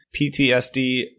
PTSD